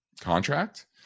contract